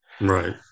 Right